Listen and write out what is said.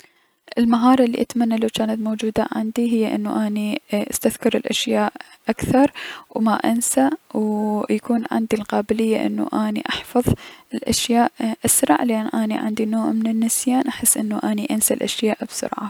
المهارة الي اتمنى انو جانت موجودة عندي هي انو اني استذكر الأشياء اكثر و ما انسى و يكون عندي القابلية انو اني احفض الأشياء اسرع لأن اني عندي نوع من النسيان و احس اني انسى الأشياء بسرعة.